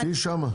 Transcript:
תהיי שם.